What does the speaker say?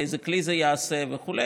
באיזה כלי זה ייעשה וכו',